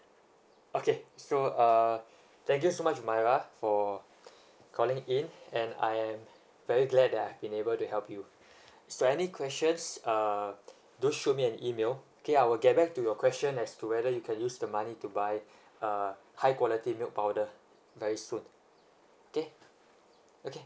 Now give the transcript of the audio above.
okay so uh thank you so much umaira for calling in and I'm very glad that I've been able to help you so any question's uh do shoot me an email okay I will get back to your question as to whether you can use the money to buy uh high quality milk powder very soon okay okay